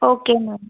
okay ma'am